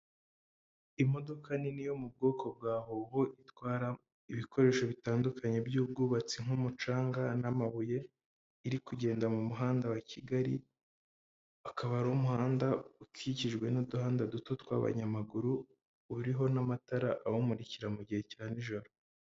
Imodoka nini yo mu bwoko bwa hoho itwara ibikoresho bitandukanye by'ubwubatsi nk'umucanga n'amabuye iri kugenda mu muhanda wa kigali akaba ari umuhanda ukikijwe n'uduhanda duto t tw'abanyamaguru uriho n'amatara awumurikira mu gihe cya nijoro.